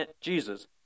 Jesus